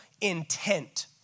intent